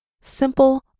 Simple